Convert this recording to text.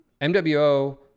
MWO